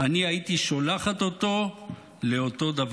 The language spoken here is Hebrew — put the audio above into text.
אני הייתי שולחת אותו לאותו דבר.